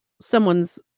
someone's